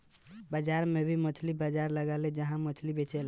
बाजार में भी मछली बाजार लगेला जहा मछली बेचाले